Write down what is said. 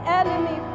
enemy